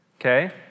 Okay